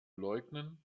leugnen